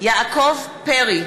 יעקב פרי,